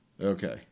Okay